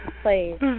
please